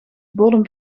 bodem